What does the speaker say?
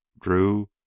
Drew